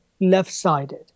left-sided